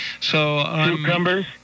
Cucumbers